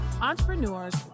entrepreneurs